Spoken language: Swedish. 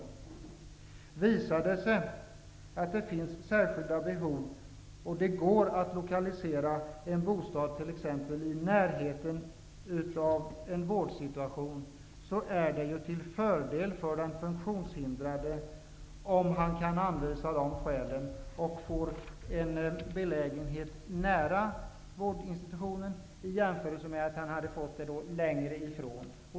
Om det visar sig att det finns särskilda behov, och det går att lokalisera bostaden i närheten av en vårdinstitution, är det till fördel för den funktionshindrade om denne kan hävda dessa skäl och få en belägenhet nära vårdinstitutionen i stället för längre ifrån.